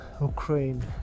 Ukraine